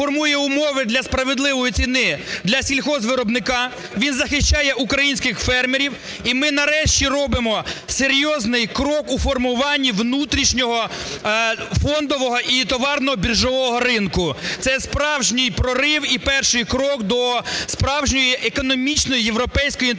він формує умови для справедливої ціни для сільгоспвиробника, він захищає українських фермерів. І ми нарешті робимо серйозний крок у формуванні внутрішнього фондового і товарно-біржового ринку. Це справжній прорив і перший крок до справжньої економічної європейської інтеграції